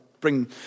bring